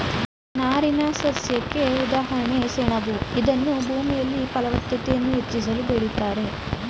ನಾರಿನಸಸ್ಯಕ್ಕೆ ಉದಾಹರಣೆ ಸೆಣಬು ಇದನ್ನೂ ಭೂಮಿಯಲ್ಲಿ ಫಲವತ್ತತೆಯನ್ನು ಹೆಚ್ಚಿಸಲು ಬೆಳಿತಾರೆ